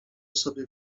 sobie